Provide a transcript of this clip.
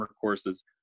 courses